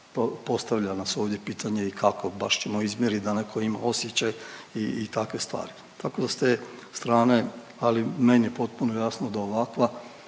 postavlja nas ovdje pitanje i kako baš ćemo izmjerit da netko ima osjećaj i takve stvari. Tako da s te strane, ali meni je potpuno jasno da ovakva